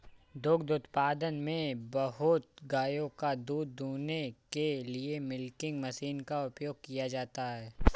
दुग्ध उत्पादन में बहुत गायों का दूध दूहने के लिए मिल्किंग मशीन का उपयोग किया जाता है